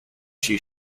she